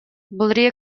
voldria